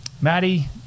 Maddie